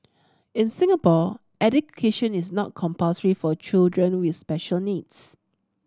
in Singapore education is not compulsory for children with special needs